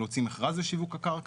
להוציא מכרז לשיווק הקרקע.